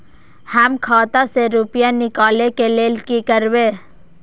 हम खाता से रुपया निकले के लेल की करबे?